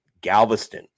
Galveston